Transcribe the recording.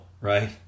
right